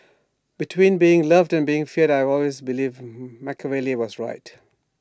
between being loved and being feared I always believed Machiavelli was right